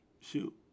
shoot